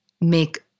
make